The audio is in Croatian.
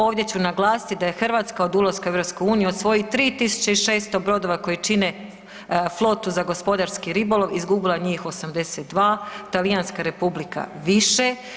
Ovdje ću naglasiti da je Hrvatska od ulaska u EU od svojih 3600 brodova koji čine flotu za gospodarski ribolov izgubila njih 82, Talijanska Republika više.